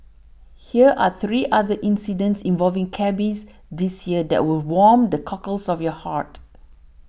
hear are three other incidents involving cabbies this year that will warm the cockles of your heart